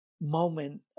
moment